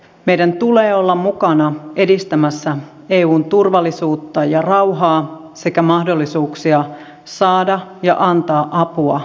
meidän tulee olla mukana edistämässä eun turvallisuutta ja rauhaa sekä mahdollisuuksia saada ja antaa apua kriisitilanteissa